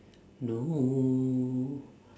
no